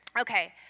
Okay